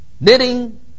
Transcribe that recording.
knitting